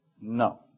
No